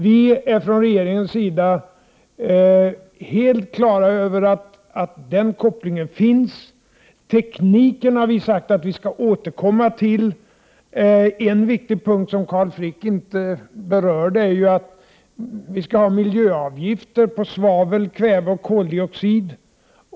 Vi är från regeringens sida helt på det klara med att den kopplingen finns. Tekniken har vi sagt att vi skall återkomma till. En viktig punkt som Carl Frick inte berörde är att Prot. 1988/89:109 vi skall ha miljöavgifter på svavel, kväveoch koldioxid.